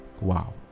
Wow